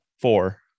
Four